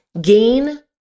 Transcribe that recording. gain